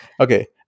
okay